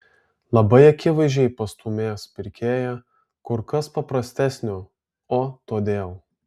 labai akivaizdžiai pastūmės pirkėją kur kas paprastesnio o todėl